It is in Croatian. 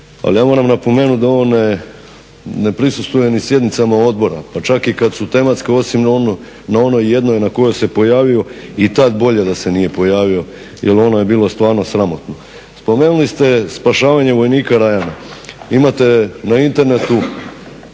ali ja moramo napomenuti da on ne prisustvuje ni sjednicama odbora pa čak i kada su tematske osim na onoj jednoj na kojoj se pojavio i tada bolje da se nije pojavio jer ono je bilo stvarno sramotno. Spomenuli ste spašavanje vojnika Ryana. Imate na internetu